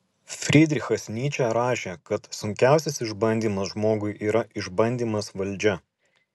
frydrichas nyčė rašė kad sunkiausias išbandymas žmogui yra išbandymas valdžia